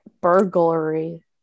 burglary